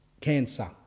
cancer